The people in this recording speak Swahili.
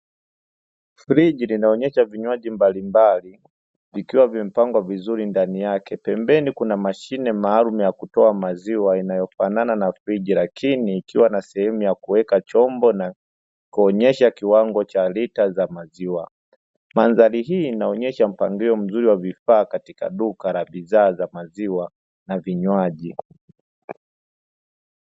Friji linaonesha vinjwayi mbalimbali, vikiwa vimepangwa vizuri ndani yake. Pembeni kuna mashine maalumu ya kutoa maziwa inayofanana na friji, lakini ikiwa na sehemu ya kuweka chombo na kuonesha kiwango cha lita za maziwa. Mandhari hii inaonesha mpangilio mzuri wa vifaa katika duka la bidhaa za maziwa na vinjwaji.